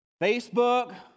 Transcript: Facebook